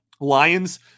Lions